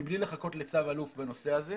מבלי לחכות לצו אלוף בנושא הזה.